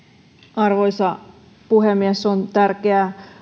arvoisa puhemies on tärkeää